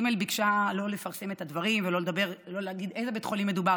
ג' ביקשה לא לפרסם את הדברים ולא להגיד באיזה בית חולים מדובר,